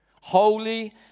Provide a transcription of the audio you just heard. Holy